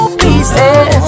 pieces